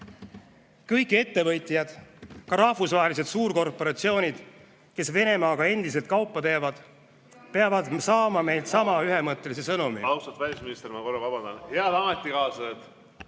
Kõik ettevõtjad, ka rahvusvahelised suurkorporatsioonid, kes Venemaaga endiselt kaupa teevad, peavad saama meilt sama ühemõttelise sõnumi.